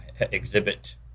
exhibit